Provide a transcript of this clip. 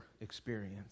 experience